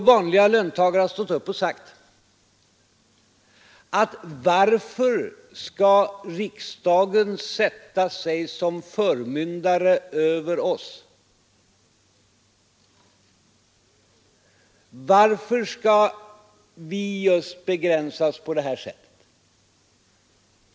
Vanliga löntagare har stått upp och sagt: Varför skall riksdagen sätta sig som förmyndare över oss? Varför skall vi just begränsas på detta sätt?